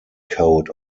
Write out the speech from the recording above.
coat